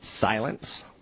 silence